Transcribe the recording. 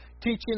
teaching